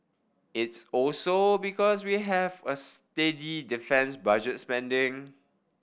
it's also because we have a steady defence budget spending